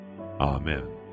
Amen